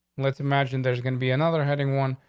let's imagine there's gonna be another heading one,